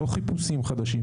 לא חיפושים חדשים,